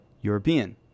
European